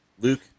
Luke